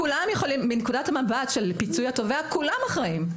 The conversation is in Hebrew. מנקודת המבט של פיצוי התובע כולם אחראים.